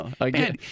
Again